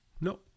No